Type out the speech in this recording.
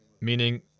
Meaning